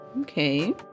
Okay